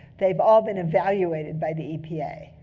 they've all been evaluated by the epa.